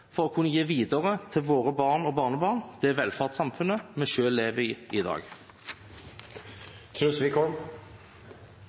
for å kunne gi videre til våre barn og barnebarn det velferdssamfunnet vi selv lever i i dag.